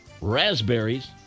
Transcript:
raspberries